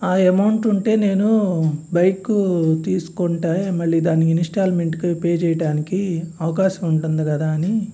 ఆ అమౌంట్ ఉంటే నేను బైక్ తీసుకుంటాను మళ్ళీ దానికి ఇన్స్టాల్మెంట్కి పే చేయటానికి అవకాశం ఉంటుంది కదా అని